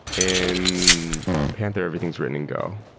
in panther, everything is written in go,